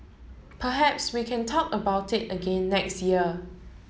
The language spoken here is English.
perhaps we can talk about it again next year